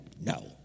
No